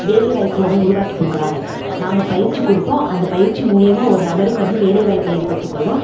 வேலைவாய்ப்பு ஒன்று உருவாக்கி கொடுக்கறாங்க நாங்கள் பயிற்சி கொடுப்போம் அந்த பயிற்சி மூலிமா ஒரு நபருக்கு வந்து வேலைவாய்ப்பு ஏற்படுத்திக் கொள்வோம்